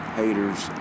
haters